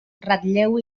ratlleu